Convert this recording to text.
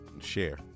Share